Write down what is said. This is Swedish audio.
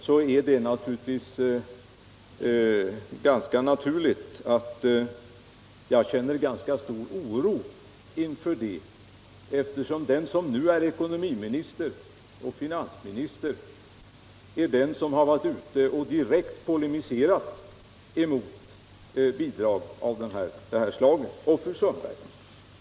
Det är naturligt att jag känner stor oro för detta, eftersom den som nu är ekonomiminister och finansminister tidigare direkt har polemiserat mot bidrag av detta slag.